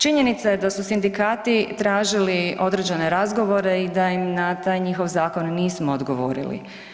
Činjenica je da su sindikati tražili određene razgovore i da im na taj njihov zakon nismo odgovorili.